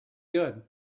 good